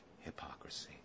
hypocrisy